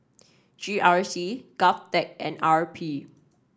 G R C Govtech and R P